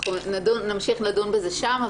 נמשיך, נדון בזה שם.